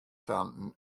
staan